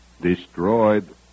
destroyed